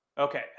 Okay